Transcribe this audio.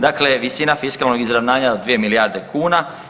Dakle, visina fiskalnog izravnanja od 2 milijarde kuna.